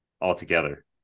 altogether